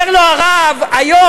אומר לו הרב: היום,